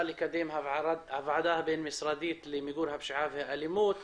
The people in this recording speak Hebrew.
לקדם הוועדה הבין משרדית למיגור הפשיעה והאלימות.